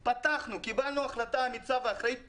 קיבלנו החלטה אמיצה ועצמאית ופתחנו.